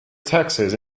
taxis